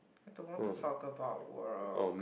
don't want to talk about work